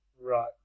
Right